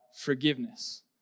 forgiveness